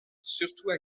surtout